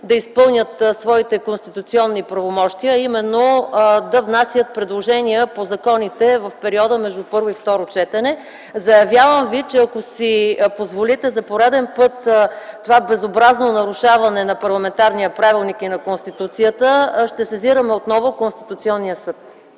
да изпълнят своите конституционни правомощия, а именно да внасят предложения по законите в периода между първо и второ четене. Заявявам ви, че ако си позволите за пореден път това безобразно нарушаване на парламентарния правилник и на Конституцията, ще сезираме отново Конституционния съд.